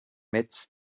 metz